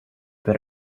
but